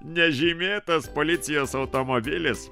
nežymėtas policijos automobilis